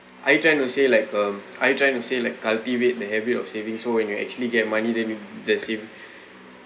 I'm trying to say like uh I'm trying to say like cultivate the habit of saving so when you actually get money then maybe the savings